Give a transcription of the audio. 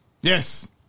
Yes